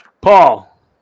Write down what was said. Paul